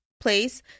place